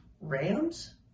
rams